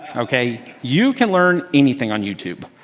ok. you can learn anything on youtube.